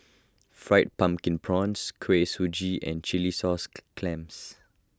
Fried Pumpkin Prawns Kuih Suji and Chilli Sauce Clams